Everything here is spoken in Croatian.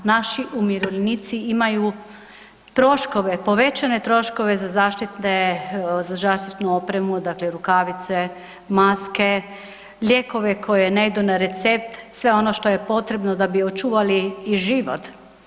Naši umirovljenici imaju troškove, povećane troškove za zaštitnu opremu dakle, rukavice, maske, lijekove koji ne idu na recept, sve ono što je potrebno da bi očuvali i život.